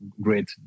great